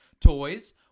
Toys